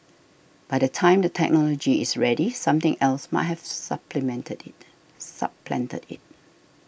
by the time the technology is ready something else might have supplemented it supplanted it